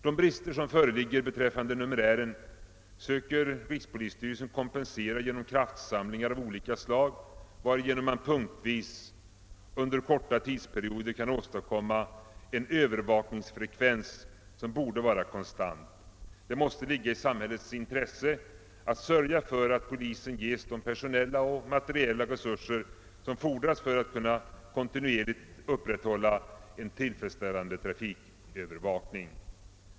De brister som föreligger beträffande numerären söker rikspolisstyrelsen kompensera genom kraftsamlingar av olika slag, varigenom man punktvis under korta tidsperioder kan åstadkomma en övervakningsfrekvens som borde vara konstant. Det måste ligga i samhällets intresse att sörja för att polisen ges de personella och materiella resurser som fordras för att kunna kontinuerligt upprätthålla en tillfredsställande trafikövervakning.